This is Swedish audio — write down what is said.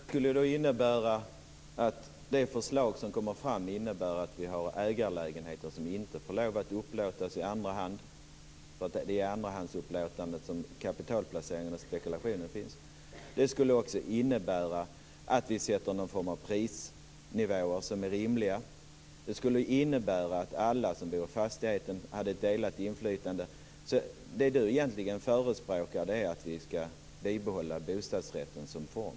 Fru talman! Ulf Björklund, det skulle då innebära att det förslag som kommer fram innebär att vi får ägarlägenheter som inte får lov att upplåtas i andra hand, eftersom det är i andrahandsupplåtandet som kapitalplaceringarna och spekulationen finns. Det skulle också innebära att vi sätter någon form av prisnivåer som är rimliga. Det skulle innebära att alla som bor i fastigheten hade ett delat inflytande. Det som Ulf Björklund egentligen förespråkar är att vi skall bibehålla bostadsrätten som form.